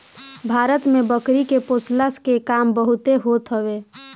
भारत में बकरी के पोषला के काम बहुते होत हवे